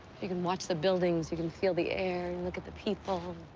you can watch the buildings. you can feel the air and look at the people.